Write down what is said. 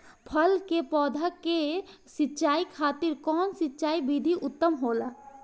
फल के पौधो के सिंचाई खातिर कउन सिंचाई विधि उत्तम होखेला?